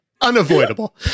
unavoidable